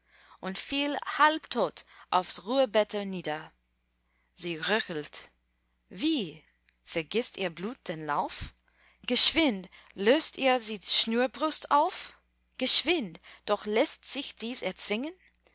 und fiel halbtot aufs ruhebette nieder sie röchelt wie vergißt ihr blut den lauf geschwind löst ihr die schnürbrust auf geschwind doch läßt sich dies erzwingen